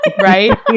right